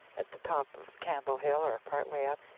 at the top of campbell hill or part way up.